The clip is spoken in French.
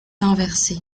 inversé